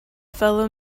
fellow